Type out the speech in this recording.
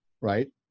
right